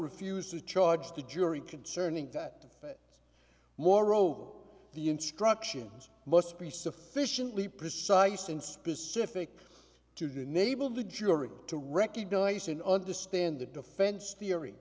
refuse to charge the jury concerning that morrow the instructions must be sufficiently precise and specific to to enable the jury to recognize and understand the defense theory